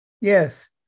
yes